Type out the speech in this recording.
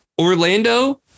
Orlando